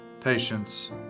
patience